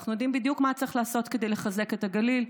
אנחנו יודעים בדיוק מה צריך לעשות כדי לחזק את הגליל,